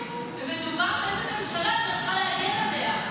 ומדובר באיזו ממשלה שאת צריכה להגן עליה.